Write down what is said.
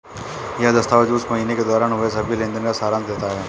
यह दस्तावेज़ उस महीने के दौरान हुए सभी लेन देन का सारांश देता है